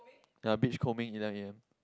ya beach combing eleven A_M